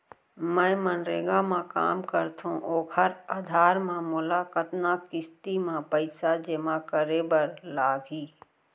मैं मनरेगा म काम करथो, ओखर आधार म मोला कतना किस्ती म पइसा जेमा करे बर लागही?